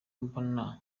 mbona